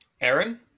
Aaron